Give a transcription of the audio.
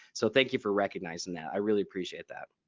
so thank you for recognizing that. i really appreciate that.